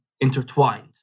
intertwined